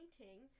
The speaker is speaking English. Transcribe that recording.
painting